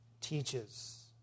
teaches